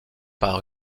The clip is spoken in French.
par